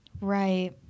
right